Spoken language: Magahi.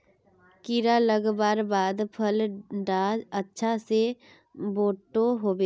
कीड़ा लगवार बाद फल डा अच्छा से बोठो होबे?